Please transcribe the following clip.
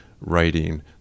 writing